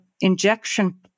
injection